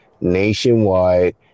nationwide